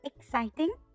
exciting